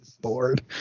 bored